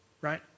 right